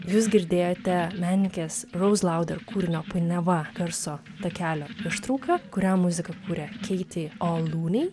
jūs girdėjote menininkės rouz lauder kūrinio painiava garso takelio ištrauką kuriam muziką kūrė keiti olūnei